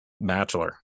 Bachelor